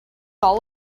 all